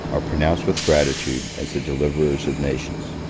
are pronounced with gratitude as the deliverers of nations.